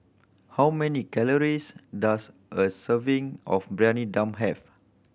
how many calories does a serving of dum have